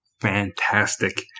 fantastic